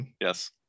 yes